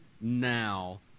now